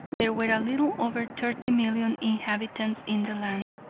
there were a little over thirty million inhabitants in the land.